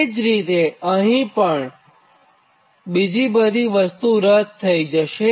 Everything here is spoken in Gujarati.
તે જ રીતે અહીં પણ બીજી બધી વસ્તુ રદ થઇ જશે